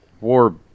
War